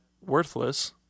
worthless